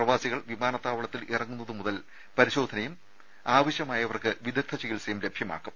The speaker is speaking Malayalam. പ്രവാസികൾ വിമാനത്താവളത്തിൽ ഇറങ്ങുന്നത് മുതൽ പരിശോധനയും ആവശ്യമായവർക്ക് വിദഗ്ധ ചികിത്സയും ലഭ്യമാക്കും